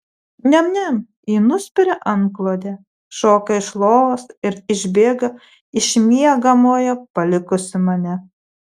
niam niam ji nuspiria antklodę šoka iš lovos ir išbėga iš miegamojo palikusi mane